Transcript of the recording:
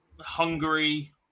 Hungary